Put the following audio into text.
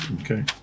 Okay